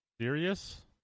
serious